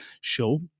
show